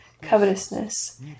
covetousness